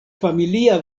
familia